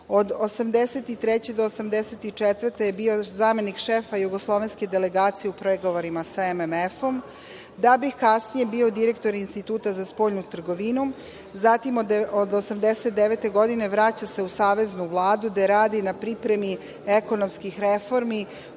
Od 1983. do 1984. je bio zamenik šefa jugoslovenske delegacije u pregovorima sa MMF, da bi kasnije bio direktor Instituta za spoljnu trgovinu, zatim od 1989. godine vraća se u Saveznu vladu, gde radi na pripremi ekonomskih reformi